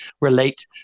relate